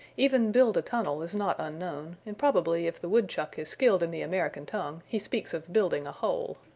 even build a tunnel is not unknown, and probably if the wood-chuck is skilled in the american tongue he speaks of building a hole.